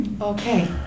Okay